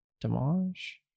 damage